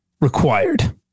required